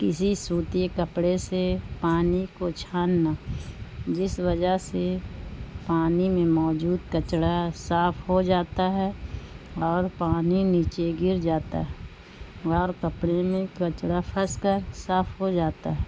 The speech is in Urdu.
کسی سوتی کپڑے سے پانی کو چھاننا جس وجہ سے پانی میں موجود کچڑا صاف ہو جاتا ہے اور پانی نیچے گر جاتا ہے اور کپڑے میں کچڑا پھنس کر صاف ہو جاتا ہے